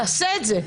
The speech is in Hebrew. תעשה את זה.